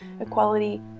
equality